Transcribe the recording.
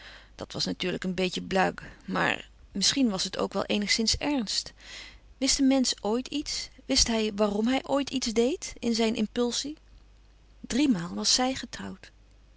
dat was natuurlijk een beetje blague maar misschien was het ook wel eenigszins ernst wist een mensch ooit iets wist hij waarom hij ooit iets deed in zijn impulsie driemaal was zij getrouwd